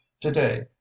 to-day